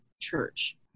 church